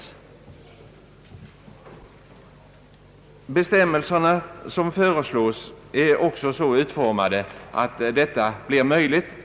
De bestämmelser som föreslås är också så utformade att detta blir möjligt.